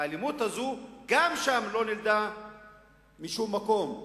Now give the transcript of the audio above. וגם שם האלימות הזו לא נולדה משום מקום,